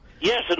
Yes